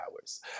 hours